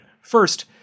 First